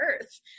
earth